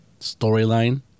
storyline